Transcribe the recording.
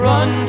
Run